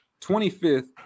25th